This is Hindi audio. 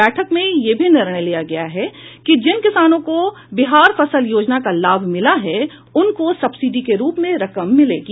बैठक में यह भी निर्णय लिया गया कि जिन किसानों को बिहार फसल योजना का लाभ मिला है उनको सब्सिडी के रूप में रकम मिलेगी